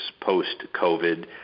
post-COVID